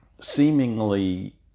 seemingly